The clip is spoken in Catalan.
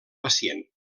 pacient